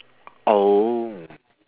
oh